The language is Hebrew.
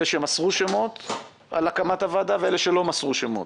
אלה שמסרו שמות על הקמת הוועדה ואלה שלא מסרו שמות.